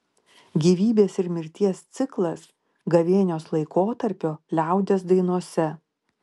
gyvybės ir mirties ciklas gavėnios laikotarpio liaudies dainose